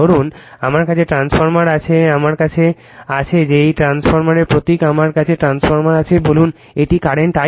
ধরুন আমার কাছে এই ট্রান্সফরমার আছে আমার কাছে আছে যে এটি একটি ট্রান্সফরমার প্রতীক আমার কাছে ট্রান্সফরমার আছে বলুন এটি কারেন্ট I1